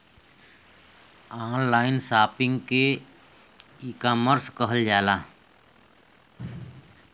online shopping के ecommerce कहल जाला